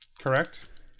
Correct